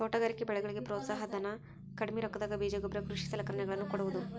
ತೋಟಗಾರಿಕೆ ಬೆಳೆಗಳಿಗೆ ಪ್ರೋತ್ಸಾಹ ಧನ, ಕಡ್ಮಿ ರೊಕ್ಕದಾಗ ಬೇಜ ಗೊಬ್ಬರ ಕೃಷಿ ಸಲಕರಣೆಗಳ ನ್ನು ಕೊಡುವುದು